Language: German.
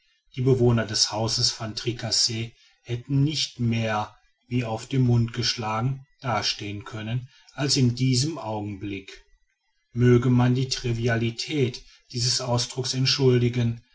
die bewohner des hauses van tricasse hätten nicht mehr wie auf den mund geschlagen dastehen können als in diesem augenblick möge man die trivialität dieses ausdrucks entschuldigen